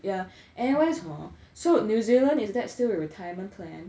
yeah anyways hor so new zealand is that still your retirement plan